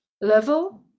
level